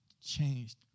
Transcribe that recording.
changed